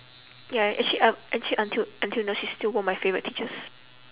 ya actually uh actually until until now she's still one of my favourite teachers